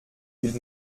will